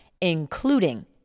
including